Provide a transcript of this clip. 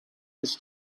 its